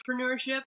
entrepreneurship